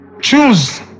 choose